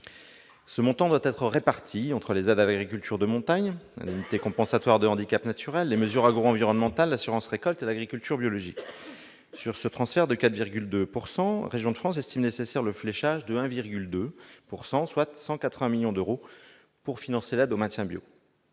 Ce montant doit être réparti entre les aides à l'agriculture de montagne, l'indemnité compensatoire de handicaps naturels, l'ICHN, les mesures agroenvironnementales, l'assurance récolte et l'agriculture biologique. Sur ce transfert, Régions de France estime nécessaire le fléchage de 180 millions d'euros vers le financement de l'aide au maintien des